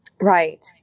Right